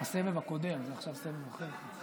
בסבב הקודם, עכשיו זה סבב אחר.